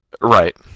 Right